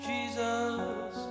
Jesus